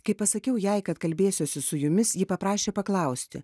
kai pasakiau jai kad kalbėsiuosi su jumis ji paprašė paklausti